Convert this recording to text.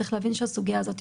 צריך להבין שהסוגיה הזאת,